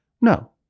No